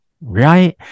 Right